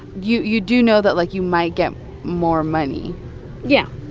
you you do know that, like, you might get more money yeah.